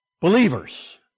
believers